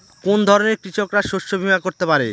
কোন ধরনের কৃষকরা শস্য বীমা করতে পারে?